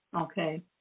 Okay